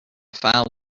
file